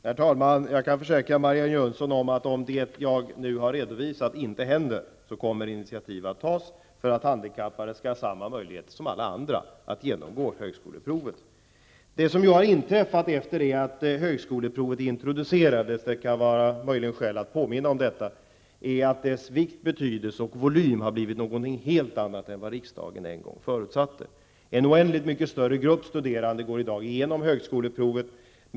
Herr talman! Jag kan försäkra Marianne Jönsson om att om det jag nu har redovisat inte händer kommer initiativ att tas för att handikappade skall ha samma möjligheter som alla andra att genomgå högskoleprovet. Det kan möjligen finnas skäl att påminna om vad som har inträffat efter det att högskoleprovet introducerades. Högskoleprovets vikt, betydelse och volym har blivit något helt annat än vad riksdagen en gång förutsatte. En oändligt mycket större grupp av studerande går i dag igenom högskoleprovet.